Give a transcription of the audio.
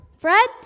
Fred